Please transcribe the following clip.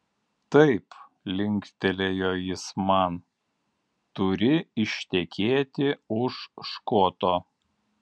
taip linktelėjo jis man turi ištekėti už škoto